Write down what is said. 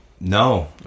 No